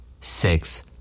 Six